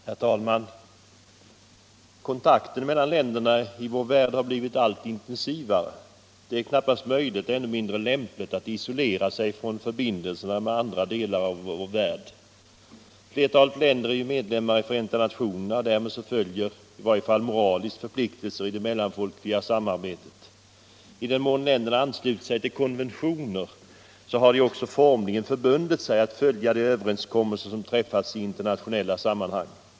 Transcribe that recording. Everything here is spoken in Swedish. Herr talman! Kontakten mellan länderna i vår värld har blivit allt intensivare. Det är knappast möjligt och ännu mindre lämpligt att isolera sig från förbindelserna med andra deltar av världen. Flertalet länder är medlemmar i Förenta nationerna och därmed följer i varje fall moraliska förpliktelser i det mellanfolkliga samarbetet. I den mån länderna anslutit sig till konventioner har de också formligen förbundit sig att följa de överenskommelser som träffats i internationella sammanhang.